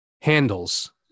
handles